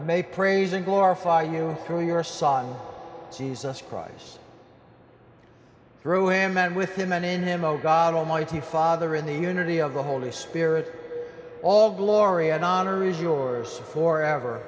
may praising glorify you through your son jesus christ through him and with him and in him oh god almighty father in the unity of the holy spirit all glory and honor is yours for ever